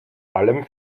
allem